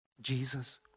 Jesus